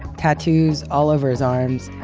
tattoos all over his arms,